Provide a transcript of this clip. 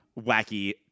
wacky